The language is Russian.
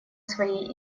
своей